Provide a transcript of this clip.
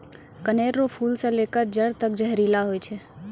कनेर रो फूल से लेकर जड़ तक जहरीला होय छै